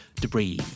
debris